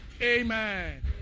Amen